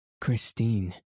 Christine